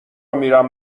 میرم